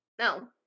No